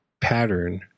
pattern